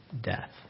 death